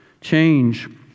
Change